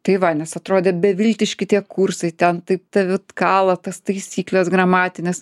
tai va nes atrodė beviltiški tie kursai ten taip tave kala tas taisyklės gramatinės